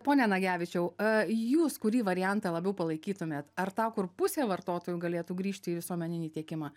pone nagevičiau jūs kurį variantą labiau palaikytumėt ar tą kur pusė vartotojų galėtų grįžti į visuomeninį tiekimą